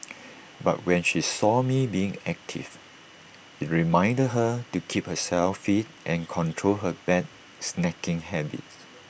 but when she saw me being active IT reminded her to keep herself fit and control her bad snacking habits